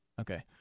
Okay